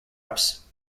ups